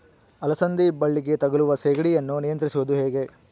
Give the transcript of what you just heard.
ಅಲಸಂದಿ ಬಳ್ಳಿಗೆ ತಗುಲುವ ಸೇಗಡಿ ಯನ್ನು ನಿಯಂತ್ರಿಸುವುದು ಹೇಗೆ?